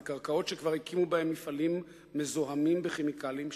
וקרקעות שכבר הקימו בהן מפעלים מזוהמים בכימיקלים,